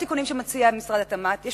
אז אני רוצה להסביר את ההיגיון שלי: בוא